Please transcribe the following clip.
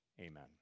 Amen